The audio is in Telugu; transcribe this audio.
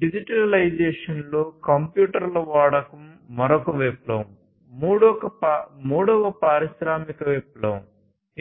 డిజిటలైజేషన్లో కంప్యూటర్ల వాడకం మరొక విప్లవం మూడవ పారిశ్రామిక విప్లవం